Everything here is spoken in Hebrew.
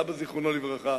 אבא זיכרונו לברכה.